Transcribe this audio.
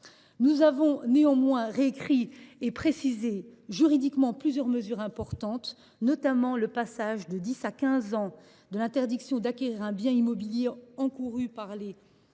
Nous avons néanmoins réécrit et précisé juridiquement plusieurs mesures importantes, notamment le passage de dix à quinze ans de l’interdiction d’acquérir un bien immobilier encourue par les